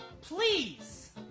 Please